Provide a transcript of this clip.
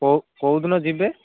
କେଉଁ କେଉଁ ଦିନ ଯିବେ